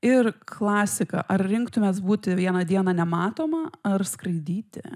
ir klasika ar rinktumėts būti vieną dieną nematoma ar skraidyti